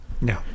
No